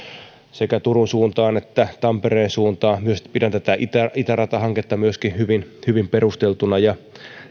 sekä turun suuntaan että tampereen suuntaan pidän myöskin tätä itäratahanketta hyvin hyvin perusteltuna ja